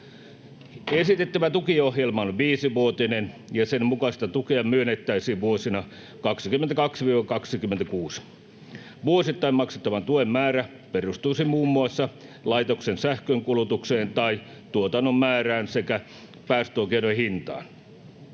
Esitettävä tukiohjelma on viisivuotinen, ja sen mukaista tukea myönnettäisiin vuosina 22–26. Vuosittain maksettavan tuen määrä perustuisi muun muassa laitoksen sähkönkulutukseen tai tuotannon määrään sekä päästöoikeuden hintaan.